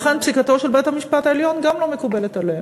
לכן פסיקתו של בית-המשפט העליון גם לא מקובלת עליהם,